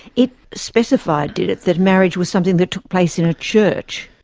it specified, did it, that marriage was something that took place in a church?